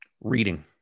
Reading